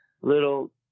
little